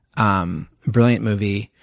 um brilliant movie.